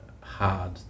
hard